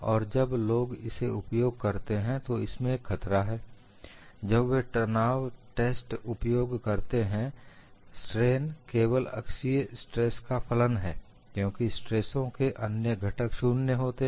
और जब लोग इसे उपयोग करते हैं तो इसमें एक खतरा है जब वे तनाव टेस्ट उपयोग करते हैं स्ट्रेन केवल अक्षीय स्ट्रेस का फलन है क्योंकि स्ट्रेसों के अन्य घटक शून्य होते हैं